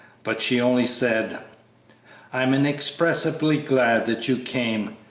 but she only said i am inexpressibly glad that you came.